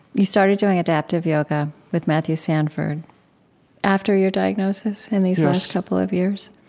you started doing adaptive yoga with matthew sanford after your diagnosis in these last couple of years?